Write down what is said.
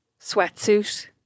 sweatsuit